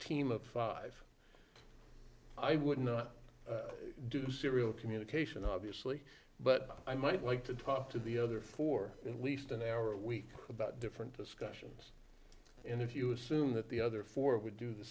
team of five i would not do serial communication obviously but i might like to talk to the other for at least an hour a week about different discussions and if you assume that the other four would do the